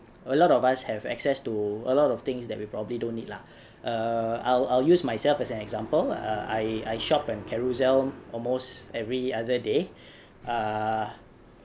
a lot of us have access to a lot of things that we probably don't need lah err I'll I'll use myself as an example lah I I shop at Carousell almost every other day uh